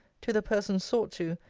to the person sought to,